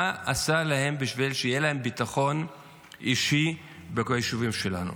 מה עשה להם בשביל שיהיה להם ביטחון אישי ביישובים שלנו?